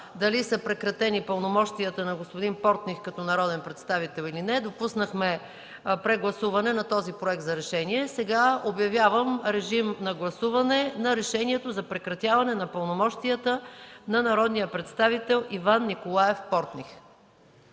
дали са прекратени пълномощията на господин Портних като народен представител или не, допуснахме прегласуване на този проект за решение. Обявявам режим на гласуване на Решението за прекратяване на пълномощията на народния представител Иван Николаев Портних.